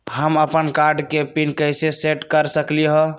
हम अपन कार्ड के पिन कैसे सेट कर सकली ह?